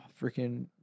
freaking